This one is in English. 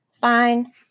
Fine